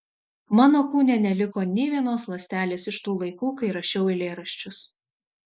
mano kūne neliko nė vienos ląstelės iš tų laikų kai rašiau eilėraščius